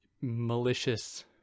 malicious